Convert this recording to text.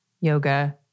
yoga